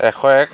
এশ এক